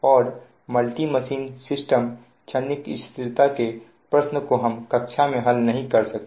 और multi machine system क्षणिक स्थिरता के प्रश्न को हम कक्षा में हल नहीं कर सकते